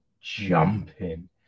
jumping